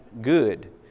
good